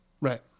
Right